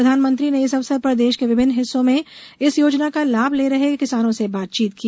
प्रधानमंत्री ने इस अवसर पर देश के विभिन्न हिस्सों में इस योजना का लाभ पा रहे किसानों से बातचीत की